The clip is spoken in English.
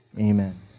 Amen